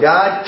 God